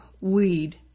Weed